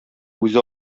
үзе